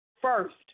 first